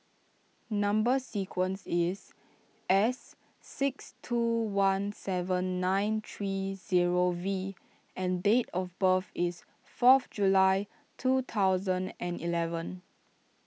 Number Sequence is S six two one seven nine three zero V and date of birth is fourth July two thousand and eleven